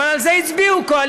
אבל על זה הצביעו קואליציה,